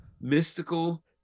mystical